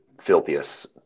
filthiest